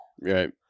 Right